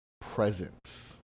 presence